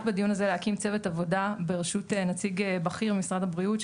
בדיון הזה להקים צוות עבודה בראשות נציג בכיר ממשרד הבריאות,